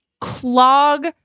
clog